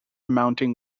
mounting